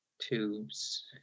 tubes